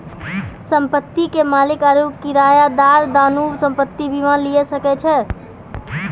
संपत्ति के मालिक आरु किरायादार दुनू संपत्ति बीमा लिये सकै छै